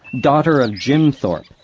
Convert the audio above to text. daughter of jim thorpe,